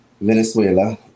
Venezuela